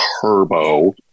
turbo